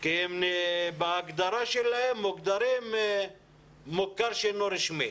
כי הם בהגדרה שלהם מוגדרים מוכר שאינו רשמי.